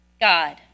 God